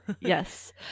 Yes